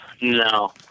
No